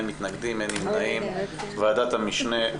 הצבעה